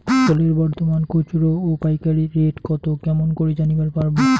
ফসলের বর্তমান খুচরা ও পাইকারি রেট কতো কেমন করি জানিবার পারবো?